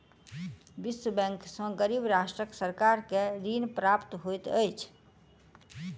विश्व बैंक सॅ गरीब राष्ट्रक सरकार के ऋण प्राप्त होइत अछि